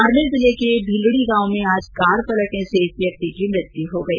बाड़मेर जिले की भीलड़ी गांव में कार पलटने से एक व्यक्ति की मौत हो गयी